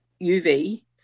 UV